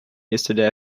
yesterday